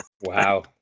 Wow